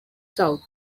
south